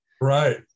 Right